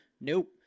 Nope